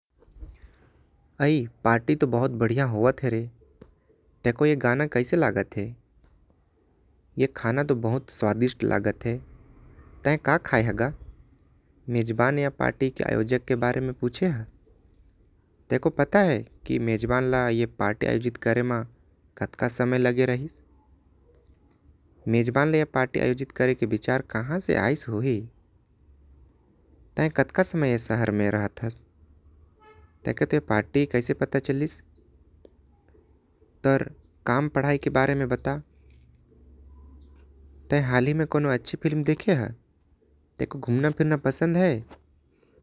भाई पार्टी तो बहुत बढ़िया होवत हवे गाना भी बढ़िया लगत। हवे खाना भी बहुत स्वादिष्ट बने हवे ते कुछ खाये हाँ। गा मेजबान या पार्टी के आयोजक के बारे में पता है। के पार्टी आयोजन में कितना समय लगे होही मेजबान ला। ऐ पार्टी आयोजन करे के विचार कहा ले आइस हो ही तोके। ऐ पार्टी के कहा से पता चलिस ते। कौन गाँव के हस तोके फ़िल्म देखना पसंद हवे।